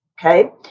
Okay